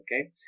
okay